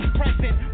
present